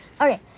Okay